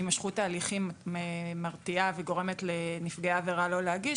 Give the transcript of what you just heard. שהימשכות ההליכים מרתיעה וגורמת לנפגעי העבירה לא להגיש,